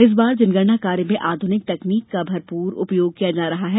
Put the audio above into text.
इस बार जनगणना कार्य में आधुनिक तकनीकी का भरपूर उपयोग किया जा रहा है